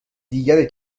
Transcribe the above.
دیگری